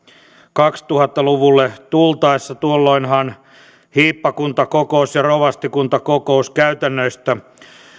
kaksituhatta luvulle tultaessa tuolloinhan hiippakuntakokous ja rovastikuntakokouskäytännöistä